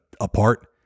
apart